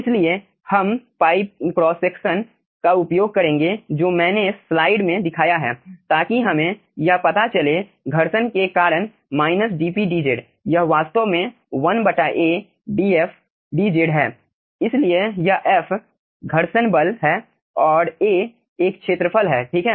इसलिए हम pipe cross section का उपयोग करेंगे जो मैंने स्लाइड में दिखाया है ताकि हमें यह पता चले घर्षण के कारण यह वास्तव में 1 A dfdz है इसलिए यह f घर्षण बल है और A एक क्षेत्रफल है ठीक है